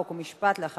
חוק ומשפט להכנתה